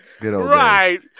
Right